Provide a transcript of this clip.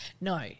No